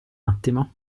attimo